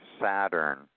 Saturn